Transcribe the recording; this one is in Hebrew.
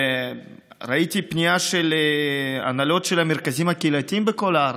ראיתי פנייה של הנהלות של המרכזים הקהילתיים בכל הארץ.